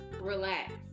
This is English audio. Relax